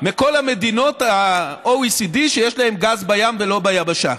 מכל מדינות ה-OECD שיש להן גז בים ולא ביבשה.